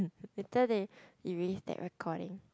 later they erase that recording